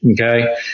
okay